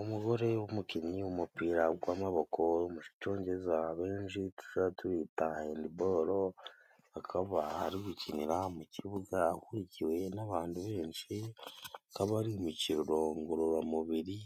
Umugore w'umukinnyi w'umupira gw'amaboko, mu Cyongereza abenshi tuja tuwita Hendiboro, akaba ari gukinira mu kibuga. Akurikiwe n'abandu benshi akaba ari imikino ngororamubiri